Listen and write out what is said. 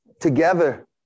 together